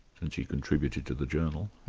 since he contributed to the journal.